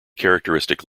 characteristic